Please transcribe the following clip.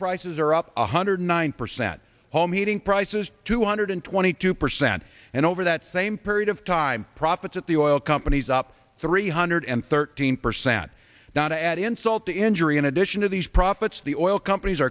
prices are up one hundred nine percent home heating prices two hundred twenty two percent and over that same period of time profits at the oil companies up three hundred and thirteen percent now to add insult to injury in addition to these profits the oil companies